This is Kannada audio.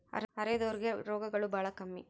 ಅರೆದೋರ್ ಗೆ ರೋಗಗಳು ಬಾಳ ಕಮ್ಮಿ